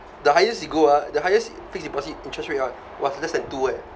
the highest you go ah the highest fixed deposit interest rate [one] !wah! less than two eh